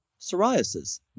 psoriasis